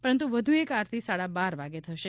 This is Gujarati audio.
પરંતુ વધુ એક આરતી સાડા બાર વાગે થશે